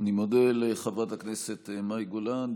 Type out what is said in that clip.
אני מודה לחברת הכנסת מאי גולן,